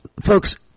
Folks